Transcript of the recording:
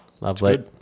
Lovely